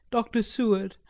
dr. seward,